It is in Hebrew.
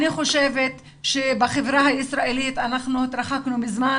אני חושבת שבחברה הישראלית אנחנו התרחקנו מזמן